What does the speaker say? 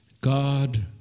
God